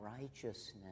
righteousness